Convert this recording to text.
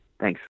Thanks